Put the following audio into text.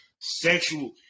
sexual